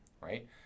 right